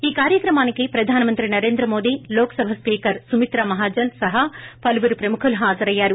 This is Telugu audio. ఈ కార్యక్రమానికి ప్రధానమంత్రి నరేంద్రమోడీ లోక్ సభ స్పీకర్ సుమిత్ర మహాజన్ సహా పలువురు ప్రముఖులు హాజరయ్యారు